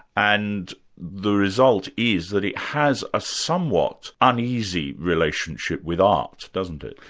and the result is that it has a somewhat uneasy relationship with art, doesn't it?